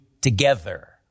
together